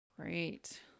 Great